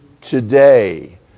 today